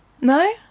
No